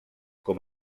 com